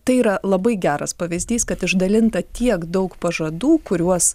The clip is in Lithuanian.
tai yra labai geras pavyzdys kad išdalinta tiek daug pažadų kuriuos